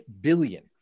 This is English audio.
billion